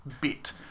bit